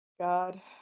God